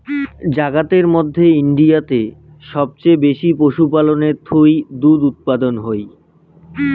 জাগাতের মধ্যে ইন্ডিয়াতে সবচেয়ে বেশি পশুপালনের থুই দুধ উপাদান হই